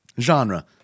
Genre